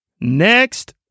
Next